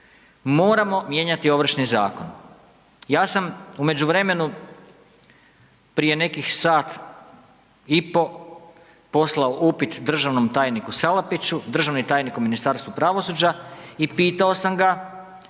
Moramo mijenjati Ovršni zakon. Ja sam u međuvremenu prije nekih sat i pol poslao upit državnom tajniku Salapiću, državnom tajniku u Ministarstvu pravosuđa i pitao sam ga